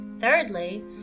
Thirdly